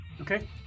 Okay